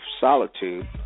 solitude